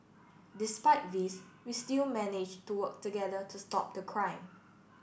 despite these we still managed to work together to stop the crime